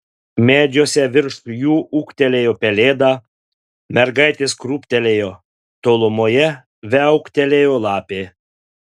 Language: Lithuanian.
medžiuose virš jų ūktelėjo pelėda mergaitės krūptelėjo tolumoje viauktelėjo lapė